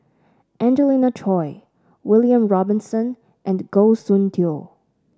Angelina Choy William Robinson and Goh Soon Tioe